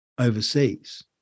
overseas